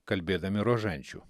kalbėdami rožančių